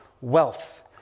wealth